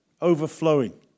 overflowing